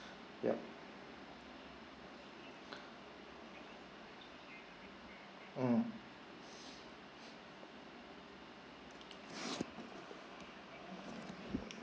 yup mm